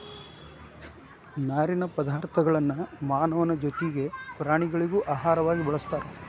ನಾರಿನ ಪದಾರ್ಥಗಳನ್ನು ಮಾನವನ ಜೊತಿಗೆ ಪ್ರಾಣಿಗಳಿಗೂ ಆಹಾರವಾಗಿ ಬಳಸ್ತಾರ